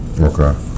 Okay